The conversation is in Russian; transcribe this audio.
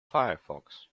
firefox